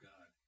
God